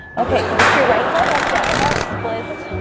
okay lift your right leg up down dog splits